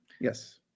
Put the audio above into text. yes